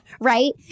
Right